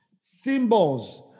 Symbols